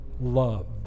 love